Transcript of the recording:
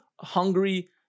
hungry